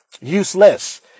Useless